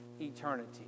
eternity